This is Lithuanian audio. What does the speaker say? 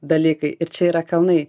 dalykai ir čia yra kalnai